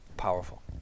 powerful